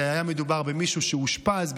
היה מדובר במישהו שאושפז,